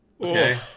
Okay